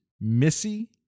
Missy